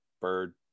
bird